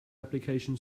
application